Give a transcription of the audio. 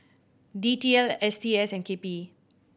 D T L S T S and K P E